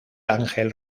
ángel